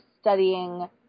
studying